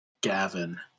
Gavin